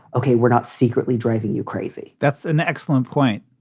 ok, we're not secretly driving you crazy that's an excellent point.